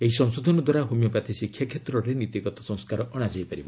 ଏହି ସଂଶୋଧନଦ୍ୱାରା ହୋମିଓପ୍ୟାଥି ଶିକ୍ଷାକ୍ଷେତ୍ରରେ ନୀତିଗତ ସଂସ୍କାର ଅଣାଯାଇପାରିବ